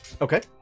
Okay